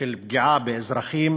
פגיעה באזרחים